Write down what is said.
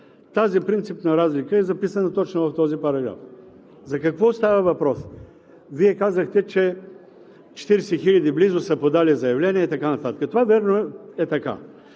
Тази принципна разлика е записана точно в този параграф. За какво става въпрос? Вие казахте, че близо 40 хиляди са подали заявление и така нататък. Това вярно е така.